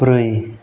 ब्रै